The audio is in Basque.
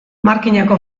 markinako